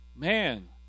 Man